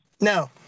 No